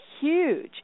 huge